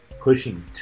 pushing